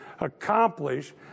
accomplish